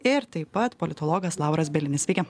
ir taip pat politologas lauras bielinis sveiki